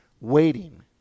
waiting